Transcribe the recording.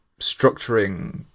structuring